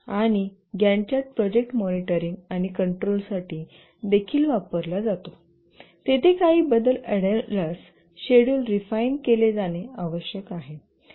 आणि Gantt chart project monitoring आणि control साठी देखील वापरला जातो तेथे काही बदल आढळल्यास शेड्युल रिफाइन केले जाणे आवश्यक आहे